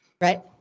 Right